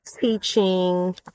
Teaching